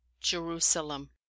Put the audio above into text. JERUSALEM